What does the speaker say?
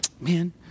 man